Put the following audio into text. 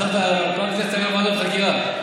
בסוף כל הכנסת תהיה ועדות חקירה.